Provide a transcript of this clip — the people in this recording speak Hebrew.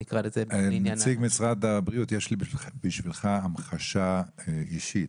נציג משרד הבריאות, יש לי בשבילך המחשה אישית.